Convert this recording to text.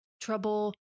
trouble